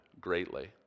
greatly